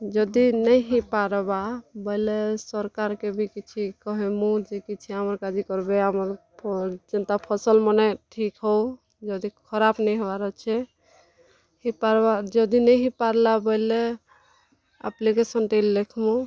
ଯଦି ନେଇଁ ହେଇ ପାର୍ବା ବୋଲେ ସର୍କାର୍କେ ବି କିଛି କହେମୁ ଯେ କିଛି ଆମର୍କାଜି କର୍ବେ ଆମର୍ ଫୋନ୍ ଯେନ୍ତା ଫସଲ୍ମନେ ଠିକ୍ ହଉ ଯଦି ଖରାପ୍ ନେଇଁ ହେବାର୍ ଅଛେ ହେଇ ପାର୍ବା ଯଦି ନେଇଁ ହେଇ ପାର୍ଲା ବୋଲେ ଆପ୍ଲିକେସନ୍ଟେ ଲେଖ୍ମୁଁ